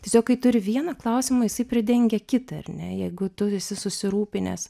tiesiog kai turi vieną klausimą jisai pridengia kitą ar ne jeigu tu esi susirūpinęs